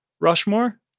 rushmore